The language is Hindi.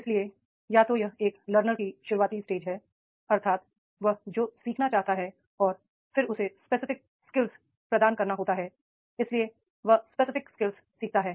इसलिए या तो यह एक लोरना की शुरुआती स्टेज है अर्थात वह जो सीखना चाहता है और फिर उसे स्पेसिफिक स्किल्स प्रदान करना होता है इसलिए वह स्पेसिफिक स्किल्ससीखता है